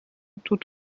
tout